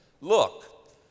look